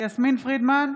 יסמין פרידמן,